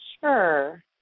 Sure